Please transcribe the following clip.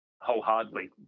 wholeheartedly